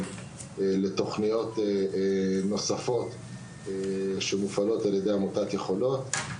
לתוכניות נוספות שמופעלות על ידי עמותת ׳יכולות׳,